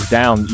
down